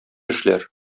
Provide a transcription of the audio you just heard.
эшләр